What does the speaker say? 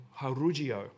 Harugio